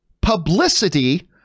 publicity